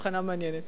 הבחנה מעניינת.